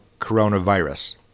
coronavirus